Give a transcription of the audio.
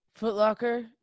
Footlocker